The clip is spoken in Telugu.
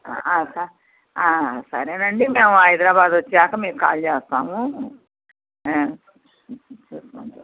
సరేనండి మేము హైదరాబాద్ వచ్చాకా మీకు కాల్ చేస్తాము